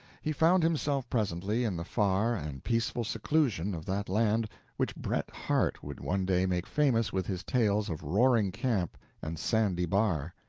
he found himself presently in the far and peaceful seclusion of that land which bret harte would one day make famous with his tales of roaring camp and sandy bar.